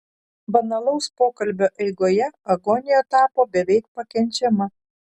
banalaus pokalbio eigoje agonija tapo beveik pakenčiama